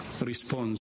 response